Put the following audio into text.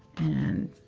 and